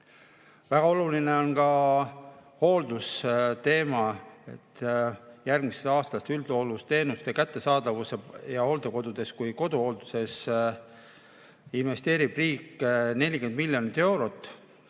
Väga oluline on ka hooldusteema. Järgmisest aastast üldhooldusteenuste kättesaadavusse nii hooldekodudes kui ka koduhoolduses investeerib riik 40 miljonit eurot,